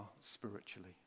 spiritually